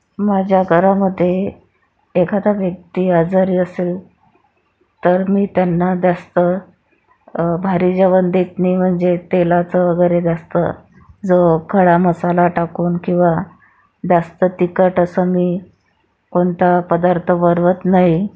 माझ्या घरामध्ये एखादा व्यक्ती आजारी असेल तर मी त्यांना जास्त भारी जेवण देत नाही म्हणजे तेलाचं वगैरे जास्त जो खडा मसाला टाकून किंवा जास्त तिखट असं मी कोणता पदार्थ बनवत नाही